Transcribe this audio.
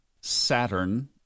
Saturn